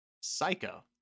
Psycho